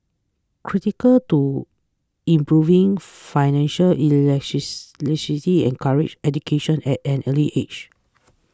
critical to improving financial encouraging education at an early age